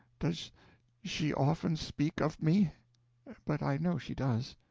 does she often speak of me but i know she does.